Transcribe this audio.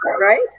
right